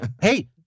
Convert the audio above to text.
hey